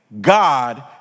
God